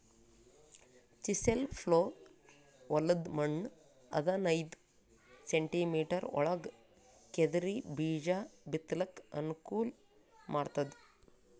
chisel plough ಹೊಲದ್ದ್ ಮಣ್ಣ್ ಹದನೈದ್ ಸೆಂಟಿಮೀಟರ್ ಒಳಗ್ ಕೆದರಿ ಬೀಜಾ ಬಿತ್ತಲಕ್ ಅನುಕೂಲ್ ಮಾಡ್ತದ್